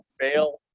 fail